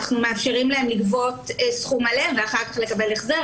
אנחנו מאפשרים להם לגבות סכום מלא ואחר כך לקבל החזר,